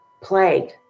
plague